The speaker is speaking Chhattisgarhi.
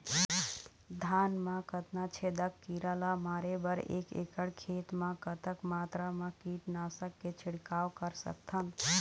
धान मा कतना छेदक कीरा ला मारे बर एक एकड़ खेत मा कतक मात्रा मा कीट नासक के छिड़काव कर सकथन?